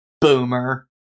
Boomer